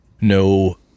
No